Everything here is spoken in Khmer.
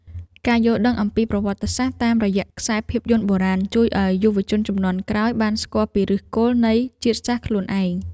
ការយល់ដឹងអំពីប្រវត្តិសាស្ត្រតាមរយៈខ្សែភាពយន្តបុរាណជួយឱ្យយុវជនជំនាន់ក្រោយបានស្គាល់ពីឫសគល់នៃជាតិសាសន៍ខ្លួនឯង។